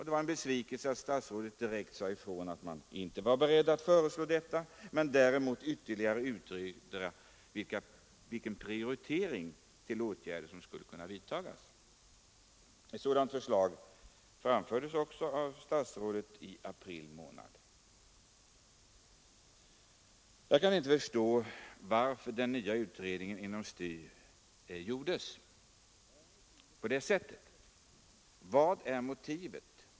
Det var en besvikelse att statsrådet direkt sade att han inte var beredd att föreslå detta men däremot att ytterligare utreda vilken prioritering av åtgärderna som skulle kunna vidtas. Ett sådant förslag framfördes också av statsrådet i april. Jag kan inte förstå varför den nya utredningen inom STU gjordes på detta sätt.